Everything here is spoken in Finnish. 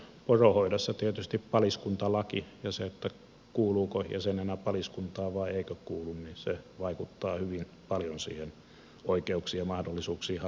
poronhoidossa tietysti paliskuntalaki ja se kuuluuko jäsenenä paliskuntaan vai eikö kuulu vaikuttaa hyvin paljon niihin oikeuksiin ja mahdollisuuksiin harrastaa sitä poronhoitoa ammattina